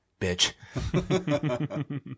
Bitch